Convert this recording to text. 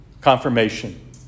Confirmation